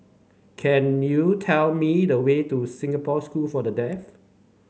can you tell me the way to Singapore School for the Deaf